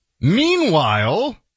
Meanwhile